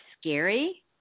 scary